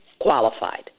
qualified